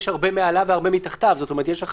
יש הרבה מעליו והרבה מתחתיו זאת אומרת שיש לך